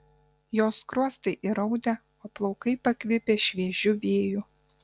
jos skruostai įraudę o plaukai pakvipę šviežiu vėju